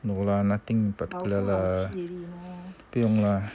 no lah nothing in particular lah